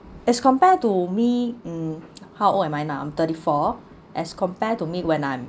as compared to me um how old am I now I'm thirty four as compared to meet when I'm